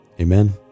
Amen